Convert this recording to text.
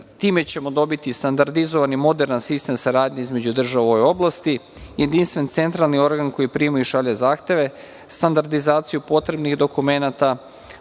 ćemo dobiti standardizovan i moderan sistem saradnje između država u ovoj oblasti, jedinstven centralni organ koji prima i šalje zahteve, standardizaciju potrebnih dokumenata,